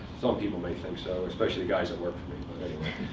some people may think so, especially guys that work